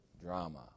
drama